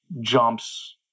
jumps